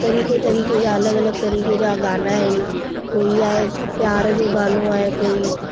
तरीक़े तरीक़े जा अलॻि अलॻि तरीक़े जा गाना आहिनि कोई आहे प्यार जो गानो आहे कोई